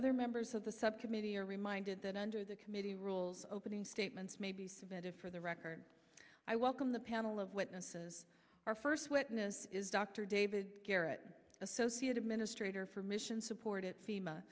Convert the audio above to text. other members of the subcommittee are reminded that under the committee rules opening statements may be submitted for the record i welcome the panel of witnesses our first witness is dr david garrett associate administrator for mission supported fema